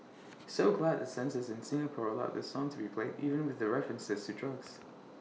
so glad the censors in Singapore allowed this song to be played even with references to drugs